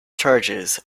charges